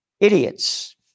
Idiots